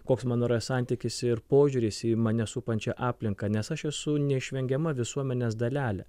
koks mano yra santykis ir požiūris į mane supančią aplinką nes aš esu neišvengiama visuomenės dalelė